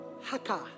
haka